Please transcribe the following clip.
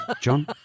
John